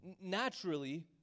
Naturally